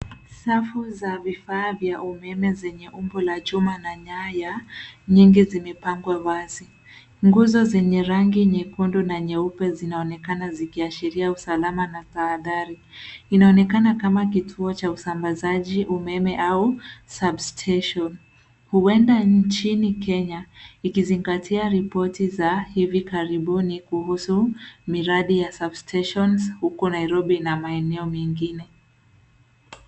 Safu za vifaa vya umeme zenye umbo la jumla na nyaya nyingi zimepangwa wazi, nguzo zenye rangi nyekundu na nyeupe zinaonekana zikiashiria usalama na tahadhari ,inaonekana kama kituo cha usambazaji umeme au substation , huenda nchini Kenya ikizingatiya ripoti za hivi kuhusu mradi ya substation huko Nairobi na maeneo mengine.